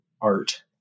art